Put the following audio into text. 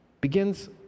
begins